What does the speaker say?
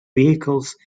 vehicles